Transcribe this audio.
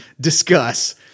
Discuss